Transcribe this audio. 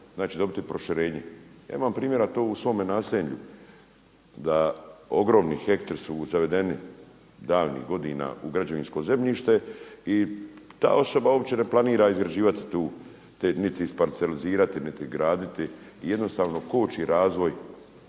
znači dobiti proširenje. Ja imam primjera to u svome naselju da ogromni hektari su zavedeni davnih godina u građevinsko zemljište i da osoba uopće ne planira izgrađivati tu, niti isparcelizirati niti graditi i jednostavno koči razvoj